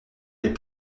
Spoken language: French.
les